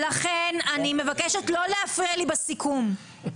--- אני מבקשת לא להפריע לי בסיכום.